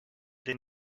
den